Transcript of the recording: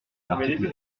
l’article